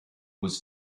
was